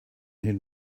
here